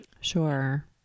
sure